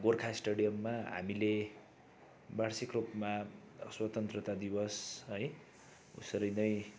गोर्खा स्टेडियममा हामीले वार्षिक रूपमा स्वतन्त्रता दिवस है उसरी नै